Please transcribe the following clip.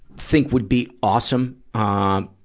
think would be awesome, ah,